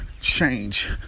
change